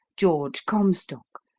george comstock,